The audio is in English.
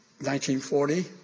1940